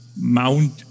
mount